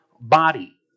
body